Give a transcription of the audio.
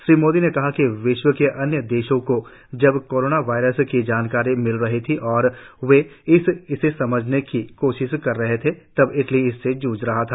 श्री मोदी ने कहा कि विश्व के अन्य देशो को जब कोरोना वायरस की जानकारी मिल रही थी और वे इसे समझने की कोशिश कर रहे थे तब इटली इससे जूझ रहा था